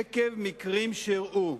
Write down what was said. עקב מקרים שאירעו,